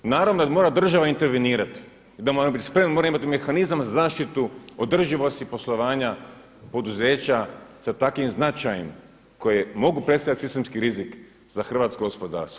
Naravno, jer mora država intervenirati i da moramo biti spremni mora imati mehanizam za zaštitu održivosti poslovanja poduzeća sa takvim značajem koje mogu predstavljati sistemski rizik za hrvatsko gospodarstvo.